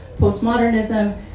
postmodernism